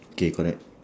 okay correct